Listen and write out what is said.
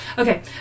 Okay